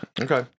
Okay